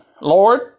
lord